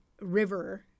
River